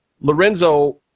Lorenzo